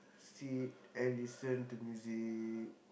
sit and listen to music